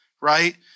Right